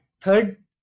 Third